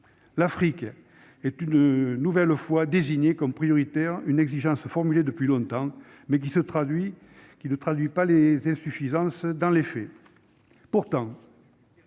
L'Afrique est une nouvelle fois désignée comme prioritaire, une exigence formulée depuis longtemps, mais qui ne se traduit pas suffisamment dans les faits. Pourtant,